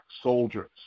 soldiers